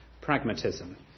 pragmatism